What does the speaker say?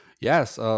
Yes